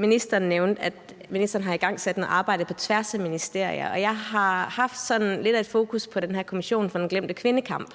Ministeren nævnte, at ministeren har igangsat et arbejde på tværs af ministerier, og jeg har haft sådan lidt af et fokus på den her Kommission for den glemte kvindekamp,